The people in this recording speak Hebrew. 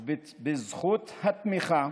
ובזכות התמיכה